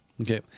Okay